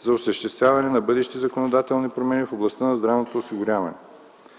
за осъществяване на бъдещи законодателни промени в областта на здравното осигуряване.